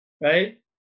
right